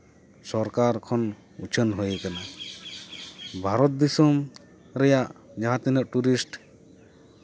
ᱥᱚᱨᱠᱟᱨ ᱠᱷᱚᱱ ᱩᱪᱷᱟᱹᱱ ᱦᱩᱭ ᱠᱟᱱᱟ ᱵᱷᱟᱨᱚᱛ ᱫᱤᱥᱳᱢ ᱨᱮᱭᱟᱜ ᱡᱟᱦᱟᱸ ᱛᱤᱱᱟᱹᱜ ᱴᱩᱨᱤᱥᱴ